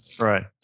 Right